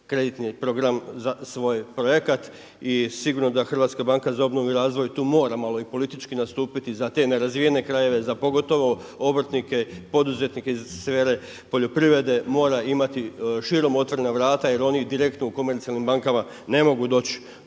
kreditni program za svoj projekat. I sigurno da HBOR tu mora malo i politički nastupiti za te nerazvijene krajeve, za pogotovo obrtnike, poduzetnike iz sfere poljoprivrede mora imati širom otvorena vrata jer oni direktno u komercijalnim bankama ne mogu doć